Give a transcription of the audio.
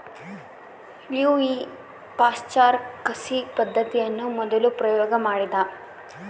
Louis Pasteur ಕಸಿ ಪದ್ದತಿಯನ್ನು ಮೊದಲು ಪ್ರಯೋಗ ಮಾಡಿದ